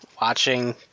watching